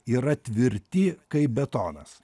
yra tvirti kaip betonas